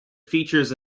features